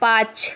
পাঁচ